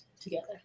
together